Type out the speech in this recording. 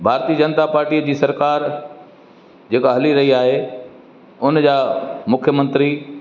भारतीय जनता पाटी जी सरकारु जेका हली रही आहे हुन जा मुख्यमंत्री